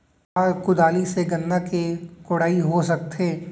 का कुदारी से गन्ना के कोड़ाई हो सकत हे?